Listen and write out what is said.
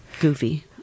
goofy